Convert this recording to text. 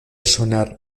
sonar